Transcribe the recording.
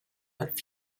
but